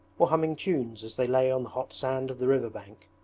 or humming tunes as they lay on the hot sand of the river bank.